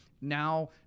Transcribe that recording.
now